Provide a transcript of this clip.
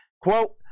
Quote